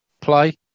play